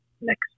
next